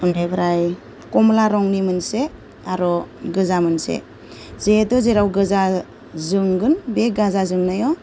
बेनिफ्राय गोमो रंनि मोनसे आरो गोजा मोनसे जिहेथु जेराव गोजा जोंगोन बे गोजा जोंनायाव